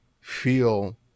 feel